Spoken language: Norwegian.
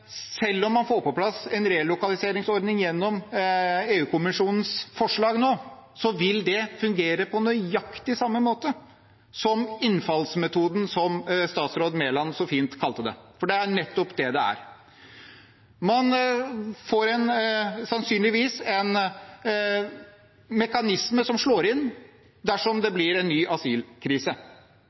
selv om man får på plass en relokaliseringsordning gjennom EU-kommisjonens forslag nå, vil det fungere på nøyaktig samme måte som innfallsmetoden som statsråd Mæland så fint kalte det, for det er nettopp det det er. Man får sannsynligvis en mekanisme som slår inn dersom det blir en ny asylkrise